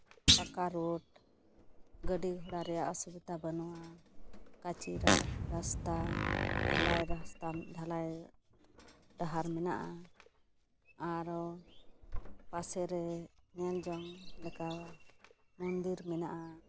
ᱯᱟᱠᱟ ᱨᱳᱰ ᱜᱟᱹᱰᱤ ᱜᱷᱳᱲᱟ ᱨᱮᱭᱟᱜ ᱚᱥᱩᱵᱤᱫᱷᱟ ᱵᱟᱹᱱᱩᱜᱼᱟ ᱠᱟᱪᱤ ᱨᱟᱥᱛᱟ ᱰᱷᱟᱞᱟᱭ ᱨᱟᱥᱛᱟ ᱰᱷᱟᱞᱟᱭ ᱰᱟᱦᱟᱨ ᱢᱮᱱᱟᱜᱼᱟ ᱟᱨ ᱯᱟᱥᱮᱨᱮ ᱧᱮᱞᱡᱚᱝ ᱞᱮᱠᱟᱱ ᱢᱚᱱᱫᱤᱨ ᱢᱮᱱᱟᱜᱼᱟ